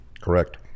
Correct